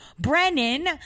Brennan